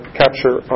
capture